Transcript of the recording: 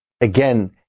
again